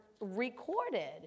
recorded